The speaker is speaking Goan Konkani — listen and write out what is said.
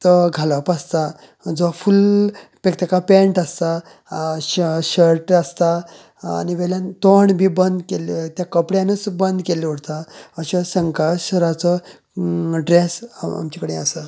जो घालप आसता जो फुल्ल तेका पँट आसता श शर्ट आसता आनी वयल्यान तोंड भी बंद केले त्या कपड्यानच बंद केल्ले उरता अश्या संकासुराचो ड्रेस आमचे कडेन आसा